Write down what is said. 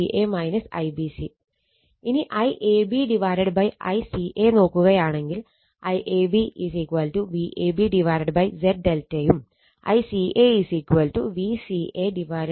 ഇനി IAB ICA നോക്കുകയാണെങ്കിൽ IAB Vab Z ∆ യും ICA Vca Z ∆ യുമാണ്